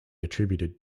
attributed